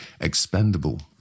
expendable